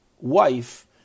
wife